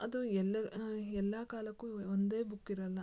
ಅದು ಎಲ್ಲ ಎಲ್ಲ ಕಾಲಕ್ಕೂ ಒಂದೇ ಬುಕ್ ಇರೋಲ್ಲ